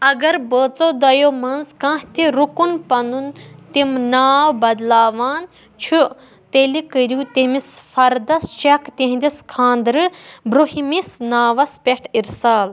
اَگر بٲژو دۄیو منٛز کانٛہہ تہِ رُکُن پنُن تِم ناو بدلاوان چھُ، تیٚلہِ کٔرِو تٔمِس فردس چٮ۪ک تِہنٛدِس خانٛدرٕ برٛونٛہِمس ناوس پیٹھ اِرسال